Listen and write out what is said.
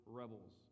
rebels